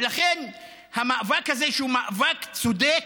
ולכן, המאבק הזה, שהוא מאבק צודק,